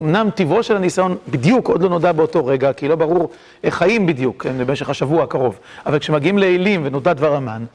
אומנם טבעו של הניסיון בדיוק עוד לא נודע באותו רגע, כי לא ברור איך חיים בדיוק כן, במשך השבוע הקרוב. אבל כשמגיעים לעילים ונודע דבר המן...